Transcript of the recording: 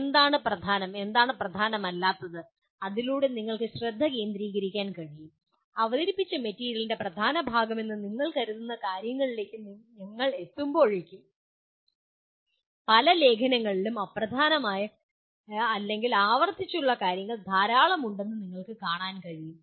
എന്താണ് പ്രധാനം എന്താണ് പ്രധാനമല്ലാത്തത് അതിലൂടെ നിങ്ങൾക്ക് ശ്രദ്ധ കേന്ദ്രീകരിക്കാൻ കഴിയും അവതരിപ്പിച്ച മെറ്റീരിയലിന്റെ പ്രധാന ഭാഗമെന്ന് നിങ്ങൾ കരുതുന്ന കാര്യങ്ങളിലേക്ക് നിങ്ങൾ എത്തുമ്പോഴേക്കും പല ലേഖനങ്ങളിലും അപ്രധാനമായ അല്ലെങ്കിൽ ആവർത്തിച്ചുള്ള കാരൃങ്ങൾ ധാരാളം ഉണ്ടെന്ന് നിങ്ങൾക്ക് കാണാൻ കഴിയും